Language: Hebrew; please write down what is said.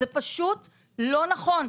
זה פשוט לא נכון.